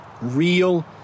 real